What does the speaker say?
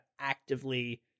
actively